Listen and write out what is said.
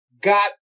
got